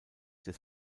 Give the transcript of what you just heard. des